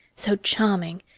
so charming.